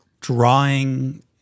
drawing